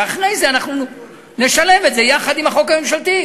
ואחרי זה אנחנו נשלב את זה יחד עם החוק הממשלתי,